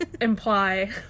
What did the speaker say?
imply